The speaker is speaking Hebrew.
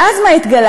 ואז מה התגלה?